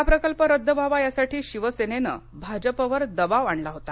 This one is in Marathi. हा प्रकल्प रद्द व्हावा यासाठी शिवसेनेने भाजपवर दबाव आणला होता